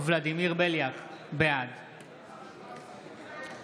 ולדימיר בליאק, בעד מירב בן ארי, בעד רם